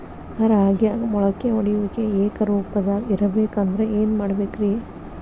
ರಾಗ್ಯಾಗ ಮೊಳಕೆ ಒಡೆಯುವಿಕೆ ಏಕರೂಪದಾಗ ಇರಬೇಕ ಅಂದ್ರ ಏನು ಮಾಡಬೇಕ್ರಿ?